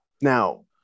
Now